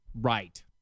Right